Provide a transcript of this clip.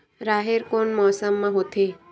राहेर कोन मौसम मा होथे?